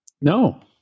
No